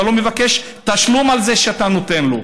אתה לא מבקש תשלום על זה שאתה נותן לו.